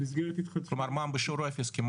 כלומר מע"מ בשיעור אפס?